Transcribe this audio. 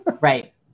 right